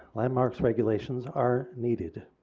landmarks regulations are needed.